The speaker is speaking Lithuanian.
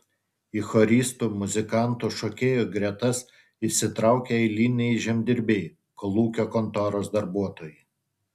į choristų muzikantų šokėjų gretas įsitraukė eiliniai žemdirbiai kolūkio kontoros darbuotojai